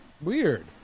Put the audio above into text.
weird